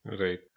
Right